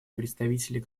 представителей